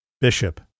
Bishop